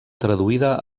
traduïda